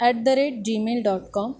at the rate gmail dot com